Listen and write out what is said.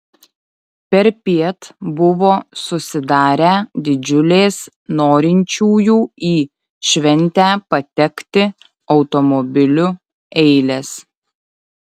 perpiet buvo susidarę didžiulės norinčiųjų į šventę patekti automobiliu eilės